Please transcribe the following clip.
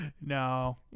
No